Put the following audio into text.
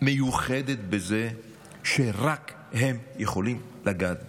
מיוחדת בזה שרק הם יכולים לגעת בזה.